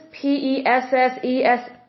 P-E-S-S-E-S